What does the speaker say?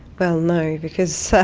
well no, because so